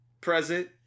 Present